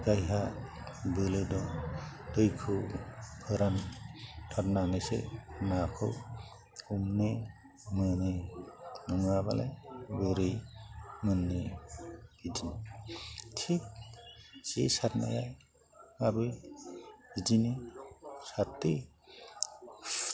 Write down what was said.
जायहा बोलो दं दैखौ फोरान थारनानैसो नाखौ हमनो मोनो नङाबालाय बोरै मोन्नो थिख जे सारनाया आबो बिदिनो सारदो सुस्रादो